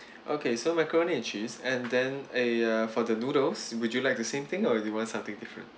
okay so macaroni and cheese and then eh uh for the noodles would you like the same thing or do you want something different